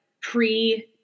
pre